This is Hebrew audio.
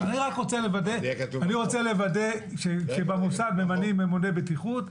אני רק רוצה לוודא שבמוסד ממנים ממונה בטיחות,